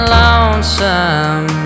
lonesome